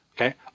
okay